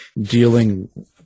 dealing